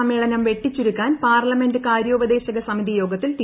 സമ്മേളനം വെട്ടിച്ചുരുക്കാൻ പാർലമെന്റ് കാര്യോപദേശക സമിതി യോഗത്തിൽ തീരുമാനം